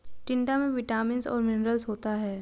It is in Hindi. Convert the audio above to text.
टिंडा में विटामिन्स और मिनरल्स होता है